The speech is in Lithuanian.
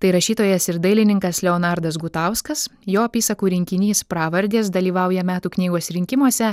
tai rašytojas ir dailininkas leonardas gutauskas jo apysakų rinkinys pravardės dalyvauja metų knygos rinkimuose